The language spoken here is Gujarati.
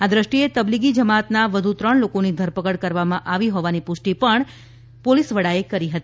આ દૃષ્ટિએ તબલીગી જમાતના વધુ ત્રણ લોકોની ધરપકડ કરવામાં આવી હોવાની પુષ્ટિ શ્રી ઝાએ કરી હતી